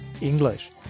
English